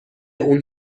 اون